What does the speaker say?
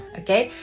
okay